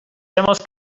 hemos